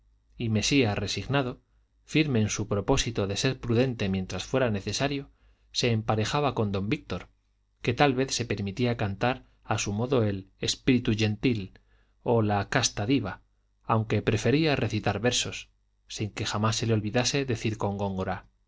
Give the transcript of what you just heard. y mesía resignado firme en su propósito de ser prudente mientras fuera necesario se emparejaba con don víctor que tal vez se permitía cantar a su modo el spirto gentil o la casta diva aunque prefería recitar versos sin que jamás se le olvidase decir con góngora